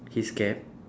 his cap